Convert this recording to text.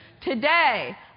Today